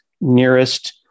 nearest